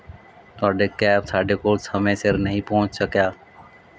ਤੁਹਾਡੇ ਕੈਬ ਸਾਡੇ ਕੋਲ ਸਮੇਂ ਸਿਰ ਨਹੀਂ ਪਹੁੰਚ ਸਕਿਆ